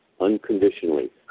unconditionally